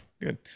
Good